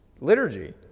liturgy